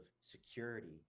security